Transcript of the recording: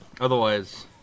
otherwise